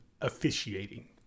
officiating